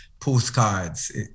postcards